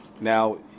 Now